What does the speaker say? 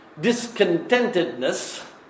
discontentedness